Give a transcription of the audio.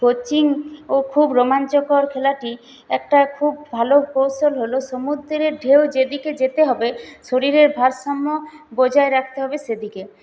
ও খুব রোমাঞ্চকর খেলাটি একটা খুব ভালো পোরশন হলো সমুদ্রের ঢেউ যেদিকে যেতে হবে শরীরের ভারসাম্য বজায় রাখতে হবে সেদিকে